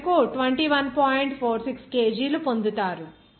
46 kgలు పొందుతారు